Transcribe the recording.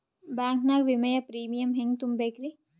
Bank ನಾಗ ವಿಮೆಯ premium ಹೆಂಗ್ ತುಂಬಾ ಬೇಕ್ರಿ?